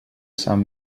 sant